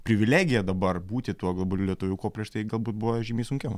privilegija dabar būti tuo globaliu lietuviu kuo prieš tai galbūt buvo žymiai sunkiau